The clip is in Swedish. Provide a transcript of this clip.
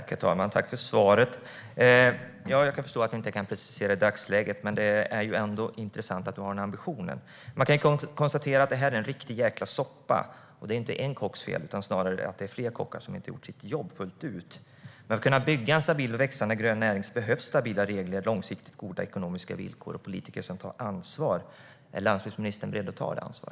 Herr talman! Jag tackar landsbygdsministern för svaret. Jag kan förstå att det inte går att precisera i dagsläget, men det är intressant att ambitionen finns. Låt mig konstatera att detta är en riktig jäkla soppa, och det är inte en kocks fel, utan det är snarare flera kockar som inte har gjort sitt jobb fullt ut. För att kunna bygga en stabil och växande grön näring behövs stabila regler, långsiktigt goda ekonomiska villkor och politiker som tar ansvar. Är landsbygdsministern beredd att ta detta ansvar?